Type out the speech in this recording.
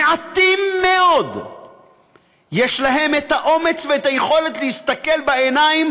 למעטים מאוד יש אומץ ויכולת להסתכל בעיניים